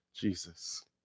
Jesus